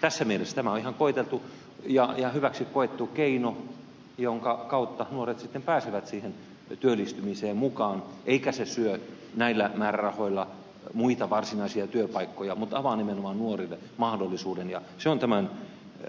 tässä mielessä tämä on ihan koeteltu ja hyväksi koettu keino jonka kautta nuoret sitten pääsevät siihen työllistymiseen mukaan ja joka ei syö näillä määrärahoilla muita varsinaisia työpaikkoja mutta avaa nimenomaan nuorille mahdollisuuden ja se on tämän